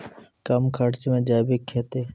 कम खर्च मे जैविक खेती?